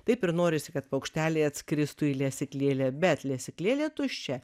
taip ir norisi kad paukšteliai atskristų į lesyklėlę bet lesyklėlė tuščia